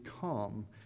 come